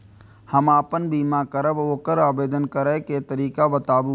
हम आपन बीमा करब ओकर आवेदन करै के तरीका बताबु?